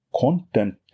content